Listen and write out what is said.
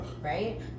right